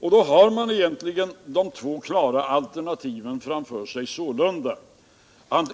Då har man egentligen de två klara alternativen framför sig sålunda: